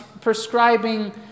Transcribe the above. prescribing